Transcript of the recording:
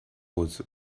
was